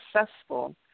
successful